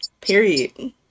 Period